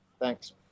Thanks